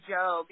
Joe